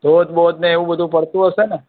ધોધ બોધ ને એવું બધું પડતું હશે ને